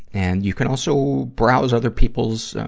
and you can also browse other people's,